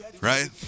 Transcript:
right